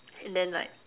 and then like